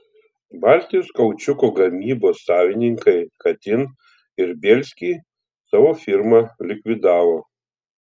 baltijos kaučiuko gamybos savininkai katin ir bielsky savo firmą likvidavo